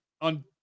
on